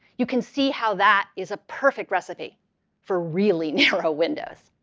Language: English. you can see how that is a perfect recipe for really narrow windows.